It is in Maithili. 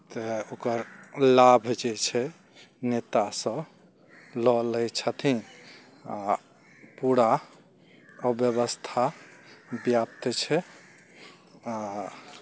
तै ओकर लाभ जे छै नेता सब लए लै छथिन आओर पूरा अव्यवस्था व्याप्त छै आओर